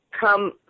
come